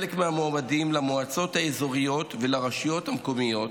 חלק מהמועמדים למועצות האזוריות ולרשויות המקומיות